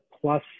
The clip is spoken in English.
plus